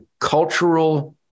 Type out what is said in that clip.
cultural